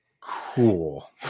Cool